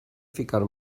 ficar